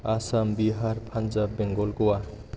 Assam Bihar Punjab Bengal Goa